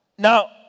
Now